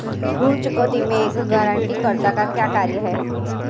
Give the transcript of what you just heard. ऋण चुकौती में एक गारंटीकर्ता का क्या कार्य है?